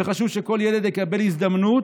וחשוב שכל ילד יקבל הזדמנות,